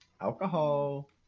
alcohol